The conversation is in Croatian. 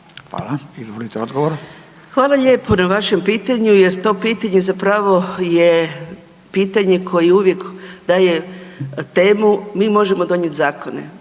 Anka (GLAS)** Hvala lijepo na vašem pitanju jer to pitanje zapravo je pitanje koje uvijek daje temu. Mi možemo donijeti zakone,